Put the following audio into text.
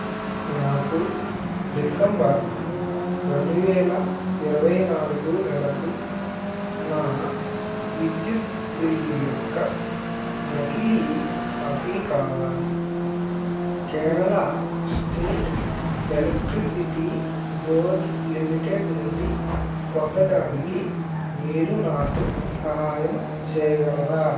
నాకు డిసెంబర్ రెండు వేల ఇరవై నాలుగు నెలకు నా విద్యుత్తు బిల్లు యొక్క నకిలీ కాపీ కావాలి Kerala state electricity board limited నుండి పొందడానికి మీరు నాకు సహాయం చెయ్యగలరా